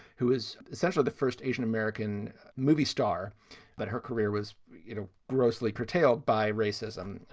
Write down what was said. who is essentially the first asian-american movie star that her career was you know grossly curtailed by racism.